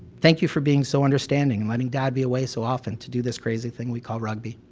thank you for being so understanding and letting dad be away so often to do this crazy thing we call rugby,